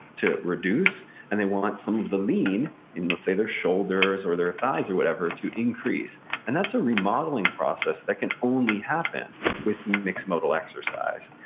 to reduce and they want some of the lean, in let's say their shoulders, or their things, or whatever, to increase and that's a remodeling process that can only happen with mixed modal exercise,